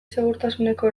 segurtasuneko